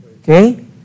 Okay